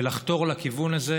ולחתור לכיוון הזה,